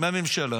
מהממשלה